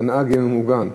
שהנהג יהיה ממוגן.